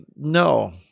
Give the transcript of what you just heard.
no